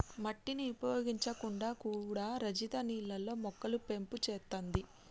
మట్టిని ఉపయోగించకుండా కూడా రజిత నీళ్లల్లో మొక్కలు పెంపు చేత్తాంది